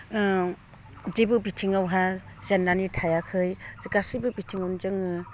जेबो बिथिङावहाय जेननानै थायाखै गासैबो बिथिङावनो जोङो